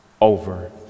over